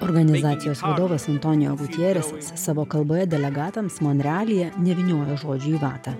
organizacijos vadovas tonijo rutveresas savo kalboje delegatams monrealyje nevyniojo žodžių į vatą